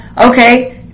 okay